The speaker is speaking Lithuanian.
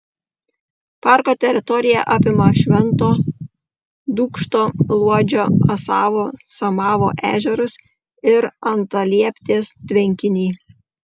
parko teritorija apima švento dūkšto luodžio asavo samavo ežerus ir antalieptės tvenkinį